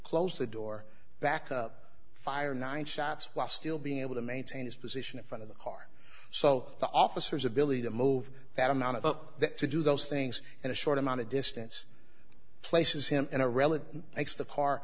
close the door back up fire nine shots while still being able to maintain his position in front of the car so the officers ability to move that amount of up to do those things in a short amount of distance places him in a relative makes t